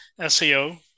SEO